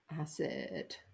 acid